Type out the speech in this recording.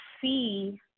see